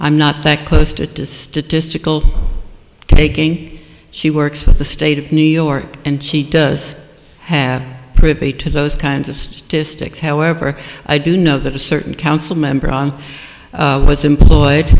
i'm not that close to statistical taking she works for the state of new york and she does have privy to those kinds of statistics however i do know that a certain council member and was employed